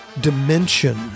dimension